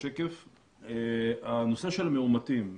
הנושא של מאומתים.